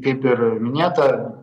kaip ir minėta